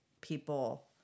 people